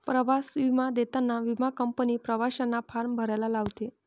प्रवास विमा देताना विमा कंपनी प्रवाशांना फॉर्म भरायला लावते